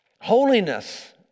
holiness